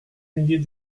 milliers